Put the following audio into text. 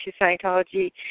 Scientology